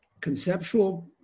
Conceptual